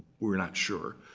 we're not sure.